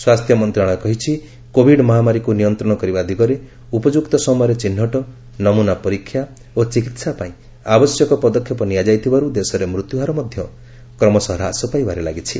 ସ୍ୱାସ୍ଥ୍ୟ ମନ୍ତ୍ରଣାଳୟ କହିଛି କୋଭିଡ୍ ମହାମାରୀକୁ ନିୟନ୍ତ୍ରଣ କରିବା ଦିଗରେ ଉପଯୁକ୍ତ ସମୟରେ ଚିହ୍ନଟ ନମୁନା ପରୀକ୍ଷା ଓ ଚିକିତ୍ସା ପାଇଁ ଆବଶ୍ୟକ ପଦକ୍ଷେପ ନିଆଯାଇଥିବାରୁ ଦେଶରେ ମୃତ୍ୟୁହାର ମଧ୍ୟ କ୍ରମଶଃ ହ୍ରାସ ପାଇବାରେ ଲାଗିଛି